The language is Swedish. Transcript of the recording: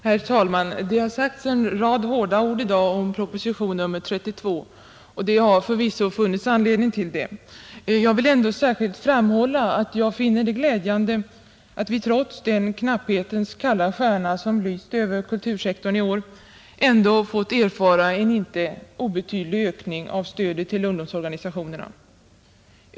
Herr talman! Det har sagts en rad hårda ord i dag om proposition nr 32, och det har förvisso funnits anledning till det. Jag vill ändå särskilt framhålla att jag finner det glädjande att vi, trots den knapphetens kalla stjärna som lyst över kultursektorn i år, fått erfara en inte obetydlig ökning av stödet till ungdomsorganisationerna.